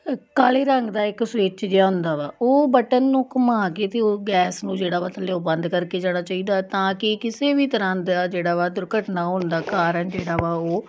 ਅ ਕਾਲੇ ਰੰਗ ਦਾ ਇੱਕ ਸਵਿੱਚ ਜਿਹਾ ਹੁੰਦਾ ਵਾ ਉਹ ਬਟਨ ਨੂੰ ਘੁੰਮਾ ਕੇ ਅਤੇ ਉਹ ਗੈਸ ਨੂੰ ਜਿਹੜਾ ਵਾ ਥੱਲੇ ਤੋਂ ਬੰਦ ਕਰਕੇ ਜਾਣਾ ਚਾਹੀਦਾ ਤਾਂ ਕਿ ਕਿਸੇ ਵੀ ਤਰ੍ਹਾਂ ਦਾ ਜਿਹੜਾ ਵਾ ਦੁਰਘਟਨਾ ਹੋਣ ਦਾ ਕਾਰਨ ਜਿਹੜਾ ਵਾ ਉਹ